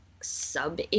sub